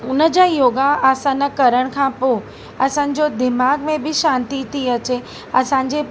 हुनजा योगा आसनु करण खां पोइ असांजो दिमाग़ु में बि शान्ती थी अचे असांजे